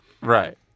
right